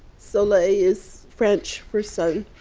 soleil is french for sun.